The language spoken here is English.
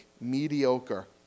mediocre